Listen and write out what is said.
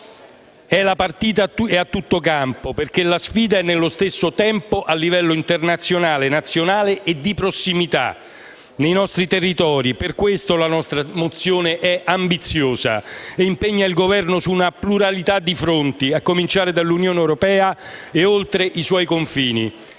La partita è a tutto campo, perché la sfida è nello stesso tempo a livello internazionale, nazionale e di prossimità, nei nostri territori. Per questo la nostra mozione è ambiziosa e impegna il Governo su una pluralità di fronti, a cominciare dall'Unione europea e oltre i suoi confini.